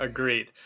Agreed